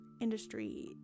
Industry